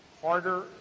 harder